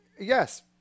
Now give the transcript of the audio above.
Yes